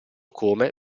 come